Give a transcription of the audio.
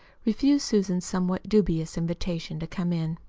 refused susan's somewhat dubious invitation to come in.